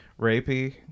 rapey